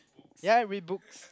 ya I read books